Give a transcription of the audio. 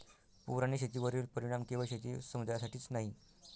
पूर आणि शेतीवरील परिणाम केवळ शेती समुदायासाठीच नाही